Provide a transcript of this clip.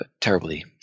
terribly